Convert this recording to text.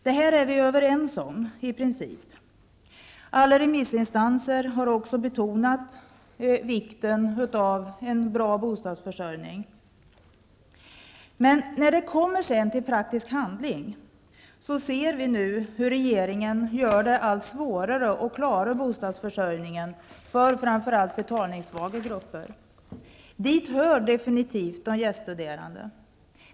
Det är vi överens om i princip. Alla remissinstanser har betonat vikten av en bra bostadsförsörjning. När det kommer till praktisk handling ser vi nu hur regeringen gör det allt svårare att klara bostadsförsörjningen för framför allt betalningssvaga grupper. Dit hör definitivt gäststuderande.